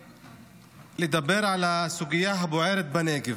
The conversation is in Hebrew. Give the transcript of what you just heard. ולדבר על הסוגיה הבוערת בנגב,